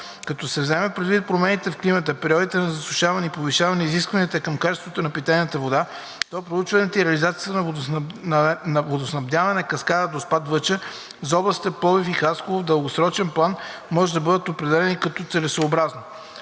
Като се вземат предвид промените в климата, периодите на засушаване и повишените изисквания към качеството на питейната вода, то проучването и реализирането на водоснабдяване от каскада „Доспат – Въча“ за областите Пловдив и Хасково в дългосрочен план може да бъде определено като целесъобразно.